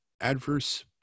adverse